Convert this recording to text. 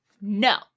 No